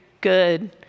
good